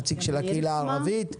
ונציג קהילה ערבית,